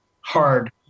hard